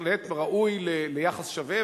בהחלט הוא ראוי ליחס שווה,